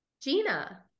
Gina